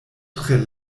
tre